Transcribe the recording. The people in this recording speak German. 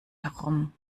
herum